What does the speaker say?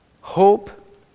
Hope